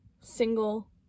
single